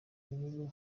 bihugu